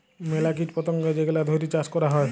ম্যালা কীট পতঙ্গ যেগলা ধ্যইরে চাষ ক্যরা হ্যয়